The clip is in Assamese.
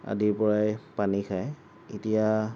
আদিৰ পৰাই পানী খায় এতিয়া